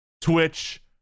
Twitch